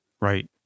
Right